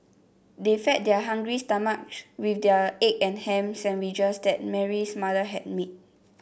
they fed their hungry stomachs with the egg and ham sandwiches that Mary's mother had made